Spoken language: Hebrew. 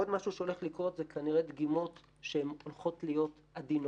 עוד משהו שהולך לקרות זה כנראה דגימות שהולכות להיות עדינות.